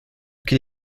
qu’il